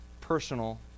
personal